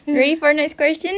ready for next question